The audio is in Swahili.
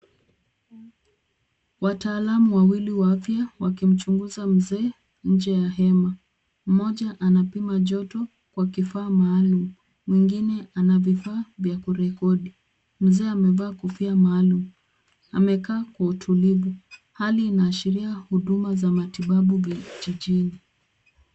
Waalamu wawili wa afya, wakimchunguza mzee, nje ya hema. Mmoja anapima joto kwa kifaa maalum, mwingine ana vifaa vya kurekodi. Mzee amevaa kofia maalum, amekaa kwa utulivu. Hali inaashiria huduma za matibabu vijijini.